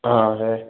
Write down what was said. हाँ है